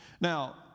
Now